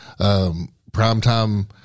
Primetime